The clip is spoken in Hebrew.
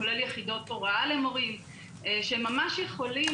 כולל יחידות הוראה למורים שממש יכולים